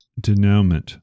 Denouement